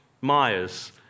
Myers